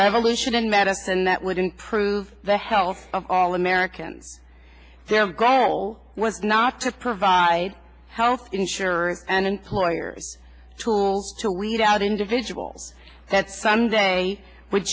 revolution in medicine that would improve the health of all americans their goal was not to provide health insurer and employer tools to weed out individual that someday would